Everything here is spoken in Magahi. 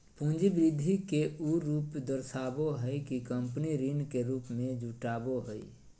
पूंजी वृद्धि के उ रूप दर्शाबो हइ कि कंपनी ऋण के रूप में जुटाबो हइ